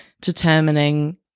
determining